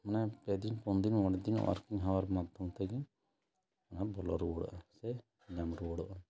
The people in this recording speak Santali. ᱢᱟᱱᱮ ᱯᱮ ᱫᱤᱱ ᱯᱩᱱ ᱫᱤᱱ ᱢᱚᱬᱮ ᱫᱤᱱ ᱳᱭᱟᱨᱠᱤᱝ ᱦᱟᱣᱟᱨ ᱢᱟᱫᱽᱫᱷᱚᱢ ᱛᱮᱜᱮ ᱚᱱᱟ ᱵᱚᱞᱚ ᱨᱩᱭᱟᱹᱲᱚᱜᱼᱟ ᱥᱮ ᱧᱟᱢ ᱨᱩᱭᱟᱹᱲᱚᱜᱼᱟ